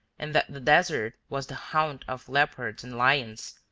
and that the desert was the haunt of leopards and lions,